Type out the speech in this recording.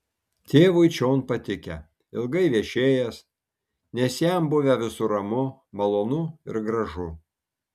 tėvui čion patikę ilgai viešėjęs nes jam buvę visur ramu malonu ir gražu